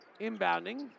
Inbounding